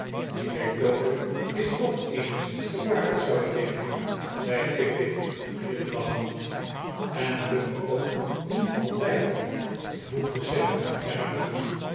die methode is toch eenigszins gevaarlijk zou ik denken zei pickwick glimlachend en lukt ook niet eens altijd voegde sam er aan toe